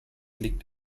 liegt